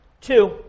two